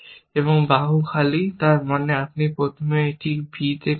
এবং বাহু খালি তার মানে আপনি প্রথমে একটি b এ করেছেন